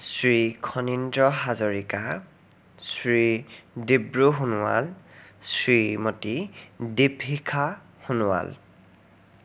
Shri Khanindra Hazarika Shri Dibru Sonowal Shrimati Dipshikha Sonowal